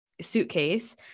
suitcase